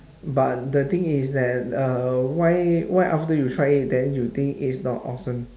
but the thing is that uh why why after you try it then you think it's not awesome